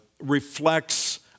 reflects